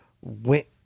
went